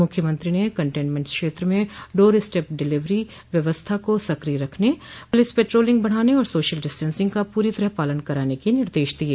मुख्यमंत्री ने कंटेन्मेंट क्षेत्र में डोर स्टेप डिलीवरी व्यवस्था को सक्रिय रखने पुलिस पेट्रोलिंग बढ़ाने और सोशल डिस्टेंसिंग का पूरी तरह पालन कराने के निर्देश दिये